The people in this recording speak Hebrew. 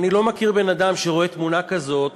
אני לא מכיר בן-אדם שרואה תמונה כזאת